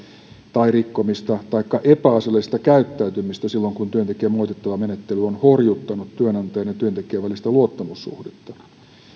tai rikkomista taikka epäasiallista käyttäytymistä silloin kun työntekijän moitittava menettely on horjuttanut työnantajan ja työntekijän välistä luottamussuhdetta tätä luottamussuhteen